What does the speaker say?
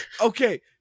Okay